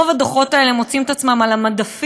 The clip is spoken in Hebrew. רוב הדוחות האלה מוצאים את עצמם על מדפים,